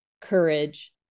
courage